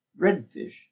Redfish